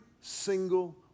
single